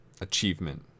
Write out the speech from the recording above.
achievement